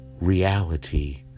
reality